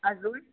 अजून